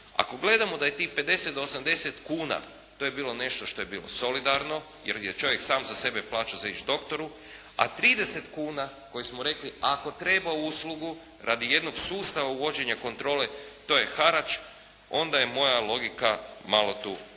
ako gledamo da je tih 50 do 80 kuna to je bilo nešto što je bilo solidarno jer je čovjek sam za sebe plaćao za ići doktoru, a 30 kuna koje smo rekli ako treba uslugu radi jednog sustava uvođenja kontrole to je harač, onda je moja logika malo tu loša.